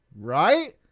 right